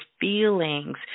feelings